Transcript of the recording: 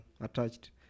attached